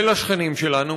ולשכנים שלנו,